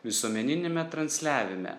visuomeniniame transliavime